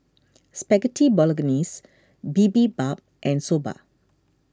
Spaghetti Bolognese Bibimbap and Soba